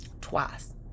twice